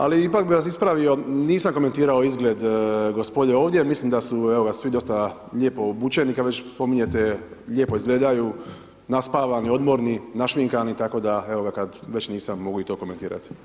Ali, ipak bi vas ispravio, nisam komentirao izgled gospode ovdje, mislim da su, evo ga, svi dosta lijepo obučeni, kad već spominjete, lijepo izgledaju, naspavani, odmorni, našminkani, tako da, evo ga, kad već nisam, mogu i to komentirati.